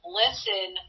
listen